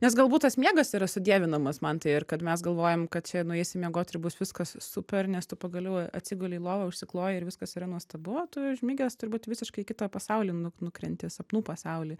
nes galbūt tas miegas yra sudievinamas mantai ir kad mes galvojam kad čia nueisim miegot ir bus viskas super nes tu pagaliau atsiguli į lovą užsikloji ir viskas yra nuostabu o tu užmigęs turbūt į visiškai kitą pasaulį nuk nukrenti sapnų pasaulį